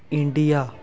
India